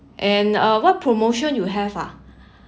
and uh what promotion you have ah